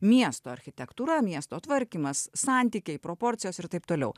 miesto architektūra miesto tvarkymas santykiai proporcijos ir taip toliau